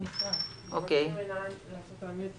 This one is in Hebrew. בשנים האחרונות היו מספר תיקוני חקיקה ברוח הזו